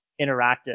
interactive